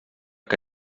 que